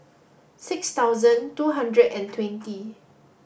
six thousand two hundred and twenty